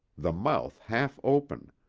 the mouth half open,